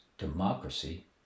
democracy